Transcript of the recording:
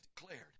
declared